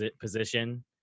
position